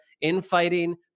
infighting